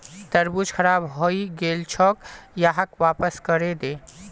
तरबूज खराब हइ गेल छोक, यहाक वापस करे दे